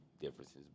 differences